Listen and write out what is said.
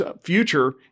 future